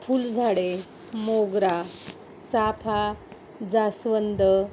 फुलझाडे मोगरा चाफा जास्वंद